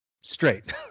straight